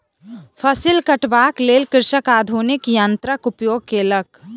फसिल कटबाक लेल कृषक आधुनिक यन्त्रक उपयोग केलक